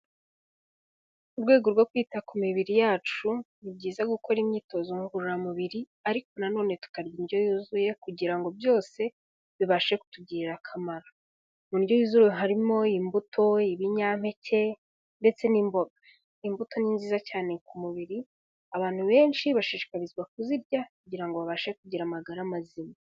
Mu rwego rwo kwita ku mibiri yacu, ni byiza gukora imyitozo ngororamubiri, ariko nanone tukarya indyo yuzuye kugira ngo byose bibashe kutugirira akamaro. Mu ndyo yuzuye harimo imbuto, ibinyampeke, ndetse n'imboga. Imbuto ni nziza cyane ku mubiri, abantu benshi bashishikarizwa kuzirya kugira ngo babashe kugira amagara mazima.